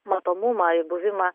matomumą buvimą